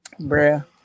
Bruh